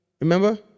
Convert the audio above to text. Remember